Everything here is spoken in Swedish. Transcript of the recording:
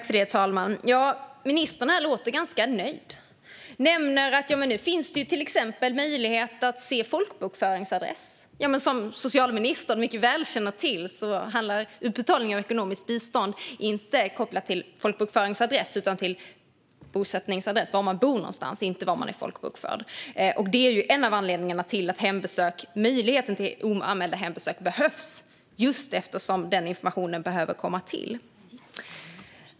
Fru talman! Ministern låter ganska nöjd. Hon nämner att det nu till exempel finns möjlighet att se folkbokföringsadress. Som socialministern mycket väl känner till är utbetalningar av ekonomiskt bistånd inte kopplade till folkbokföringsadress utan till bosättningsadress. Det handlar om var man bor någonstans, inte om var man är folkbokförd. Detta är en av anledningarna till att möjligheten till oanmälda hembesök behövs - att denna information behöver komma till.